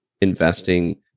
investing